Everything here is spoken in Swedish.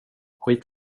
skit